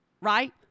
right